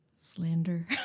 slander